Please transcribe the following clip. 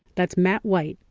that's matt white,